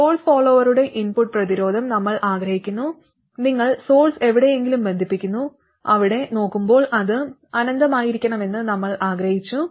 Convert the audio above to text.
source ഫോളോവറുടെ input പ്രതിരോധം നമ്മൾ ആഗ്രഹിക്കുന്നു നിങ്ങൾ സോഴ്സ് എവിടെയെങ്കിലും ബന്ധിപ്പിക്കുന്നു അവിടെ നോക്കുമ്പോൾ അത് അനന്തമായിരിക്കണമെന്ന് നമ്മൾ ആഗ്രഹിച്ചു